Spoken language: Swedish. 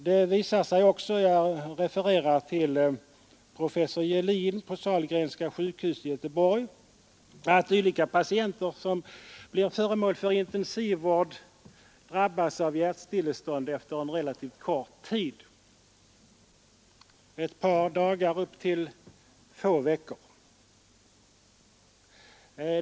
Det visar sig också — jag refererar till professor Gelin på Sahlgrenska sjukhuset i Göteborg — att dylika patienter som blir föremål för intensivvård drabbas av hjärtstillestånd efter relativt kort tid — ett par dagar upp till få veckor.